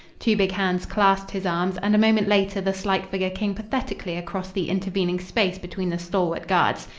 two big hands clasped his arms, and a moment later the slight figure came pathetically across the intervening space between the stalwart guards.